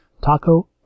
Taco